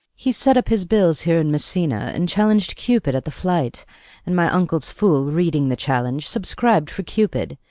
he set up his bills here in messina and challenged cupid at the flight and my uncle's fool, reading the challenge, subscribed for cupid,